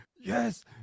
yes